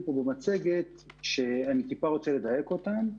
כאן במצגת שאני טיפה רוצה לדייק אותם.